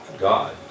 God